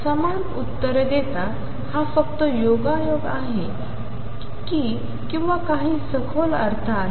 दोघेही समान उत्तर देतात हा फक्त योगायोग आहे की किंवा काही सखोल अर्थ आहे